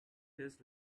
his